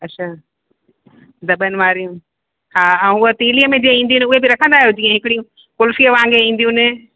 अच्छा दॿनि वारियूं हा ऐं हूअ तीलीअ में जीअं ईंदयूं आहिन उहे बि रखंदा आहियो जीअं हिकिड़ी कुल्फ़ी वांॻे ईंदियूं आहिन